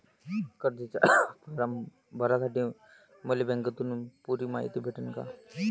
कर्जाचा फारम भरासाठी मले बँकेतून पुरी मायती भेटन का?